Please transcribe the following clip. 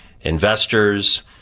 investors